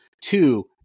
Two